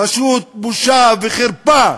פשוט בושה וחרפה.